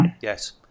Yes